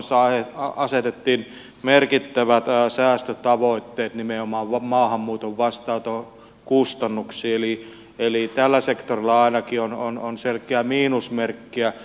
hallitusohjelmassa asetettiin merkittävät säästötavoitteet nimenomaan maahanmuuton vastaanoton kustannuksiin eli tällä sektorilla ainakin on selkeää miinusmerkkiä